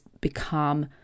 become